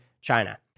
China